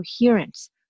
coherence